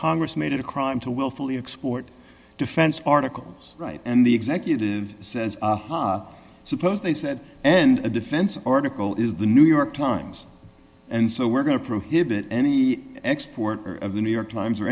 congress made it a crime to willfully export defense articles right and the executive says i suppose they said and the defense article is the new york times and so we're going to prohibit any export of the new york times or